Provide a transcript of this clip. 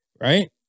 right